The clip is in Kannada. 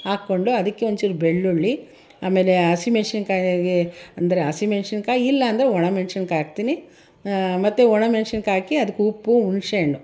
ಹಾಕ್ಕೊಂಡು ಅದಕ್ಕೆ ಒಂಚೂರು ಬೆಳ್ಳುಳ್ಳಿ ಆಮೇಲೆ ಹಸಿಮೆಣ್ಸಿನ್ಕಾಯಿ ಅಂದರೆ ಹಸಿಮೆಣ್ಸಿನ್ಕಾಯಿ ಇಲ್ಲ ಅಂದರೆ ಒಣಮೆಣಸಿನ್ಕಾಯಿ ಹಾಕ್ತೀನಿ ಮತ್ತು ಒಣಮೆಣಸಿನ್ಕಾಯಿ ಹಾಕಿ ಅದಕ್ಕೆ ಉಪ್ಪು ಹುಣ್ಸೇಹಣ್ಣು